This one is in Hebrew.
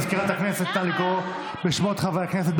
מזכירת הכנסת, נא לקרוא בשמות חברי הכנסת.